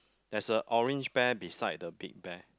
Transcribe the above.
there's a orange bear beside the big bear